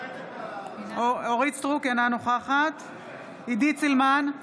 אינה נוכחת עידית סילמן,